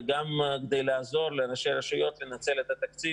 וגם לעזור לראשי הרשויות לנצל את התקציב